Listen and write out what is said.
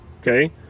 okay